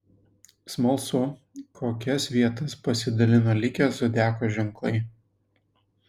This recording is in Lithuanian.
smalsu kokias vietas pasidalino likę zodiako ženklai